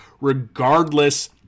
regardless